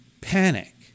panic